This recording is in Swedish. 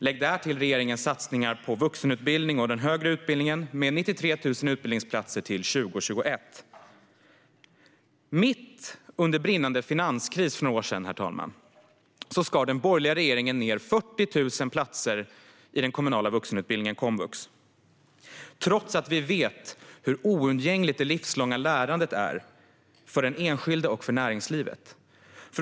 Lägg därtill regeringens satsningar på vuxenutbildning och den högre utbildningen, med 93 000 fler utbildningsplatser till 2021. Mitt under brinnande finanskris för några år sedan, herr talman, skar den borgerliga regeringen bort 40 000 platser i den kommunala vuxenutbildningen komvux, trots att vi vet hur oundgängligt det livslånga lärandet är för den enskilde och för näringslivet.